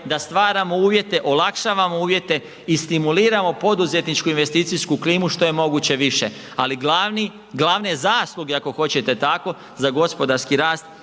da stvaramo uvjete, olakšavamo uvjete i stimuliramo poduzetničku investicijsku klimu što je moguće više. Ali glavne zasluge ako hoćete tako za gospodarski rast